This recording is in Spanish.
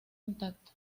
intacto